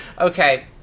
Okay